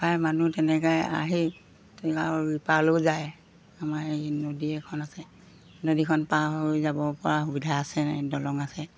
প্ৰায় মানুহ তেনেকৈ আহি তেনেকৈ আৰু ইপাৰলৈও যায় আমাৰ এই নদী এখন আছে নদীখন পাৰ হৈ যাবপৰা সুবিধা আছে নাই দলং আছে